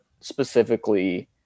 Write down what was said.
specifically